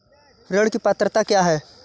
ऋण की पात्रता क्या है?